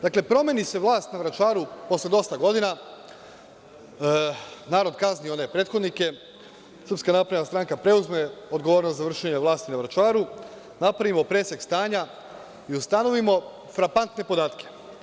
Dakle, promeni se vlast na Vračaru posle dosta godina, narod kazni one prethodnike, SNS preuzme odgovornost za vršenje vlasti na Vračaru, napravimo presek stanja i ustanovimo frapantne podatke.